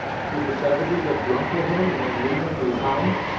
would the savages have drunk with him, and then leave him behind?